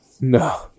No